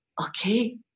okay